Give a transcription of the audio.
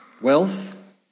wealth